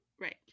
Right